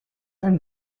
and